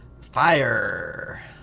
Fire